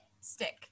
stick